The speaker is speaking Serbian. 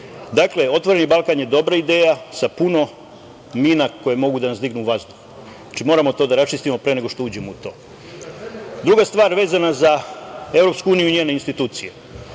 Dakle, "Otvoreni Balkan" je dobra ideja, sa puno mina koje mogu da nas dignu u vazduh. Znači, moramo to da raščistimo, pre nego što uđemo u to. Druga stvar vezna za EU i njene institucije,